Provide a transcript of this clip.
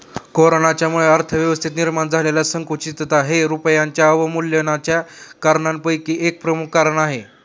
कोरोनाच्यामुळे अर्थव्यवस्थेत निर्माण झालेली संकुचितता हे रुपयाच्या अवमूल्यनाच्या कारणांपैकी एक प्रमुख कारण आहे